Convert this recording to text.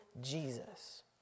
Jesus